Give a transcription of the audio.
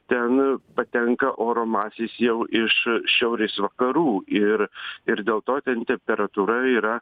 ten patenka oro masės jau iš šiaurės vakarų ir ir dėl to ten temperatūra yra